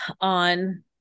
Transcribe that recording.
on